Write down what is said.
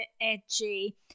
edgy